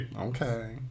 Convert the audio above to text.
Okay